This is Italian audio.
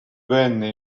venne